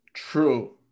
true